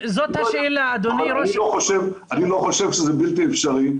אני לא יודע, אבל אני לא חושב שזה בלתי אפשרי.